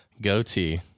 goatee